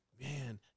man